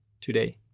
today